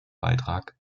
beitrag